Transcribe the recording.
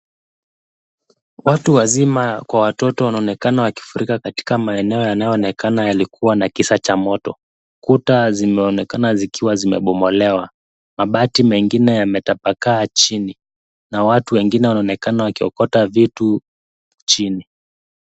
Watu wazima kwa watoto wanaonekana wakifurika katika maeneo inayoonekana yalikuwa na kisa cha moto. Kuta zimeonekana zikiwa zimebomolewa, mabati mengine yametapakaa chini na watu wengine wanaonekana wakiokota vitu chini.